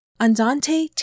Andante